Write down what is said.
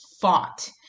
fought